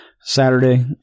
Saturday